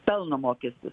pelno mokestis